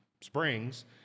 springs